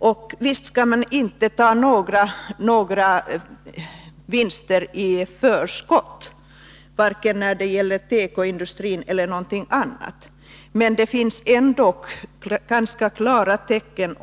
Man skall naturligtvis inte ta ut några vinster i förskott, varken när det gäller tekoindustri eller någonting annat, men det finns ändå ganska klara tecken.